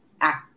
act